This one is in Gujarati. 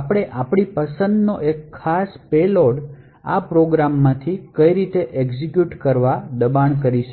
આપણે આપણી પસંદનો એક ખાસ પેલોડને આ પ્રોગ્રામમાંથી એક્ઝેક્યુટ કરવા દબાણ કરીશું